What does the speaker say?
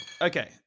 Okay